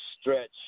stretch